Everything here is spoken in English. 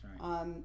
right